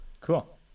cool